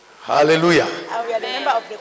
Hallelujah